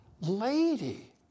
lady